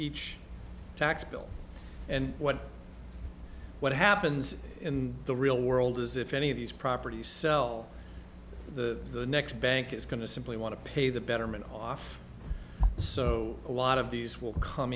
each tax bill and what what happens in the real world is if any of these property sell the next bank is going to simply want to pay the betterment off so a lot of these will come